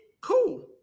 Cool